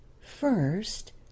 First